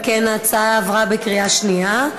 אם כן, ההצעה עברה בקריאה שנייה.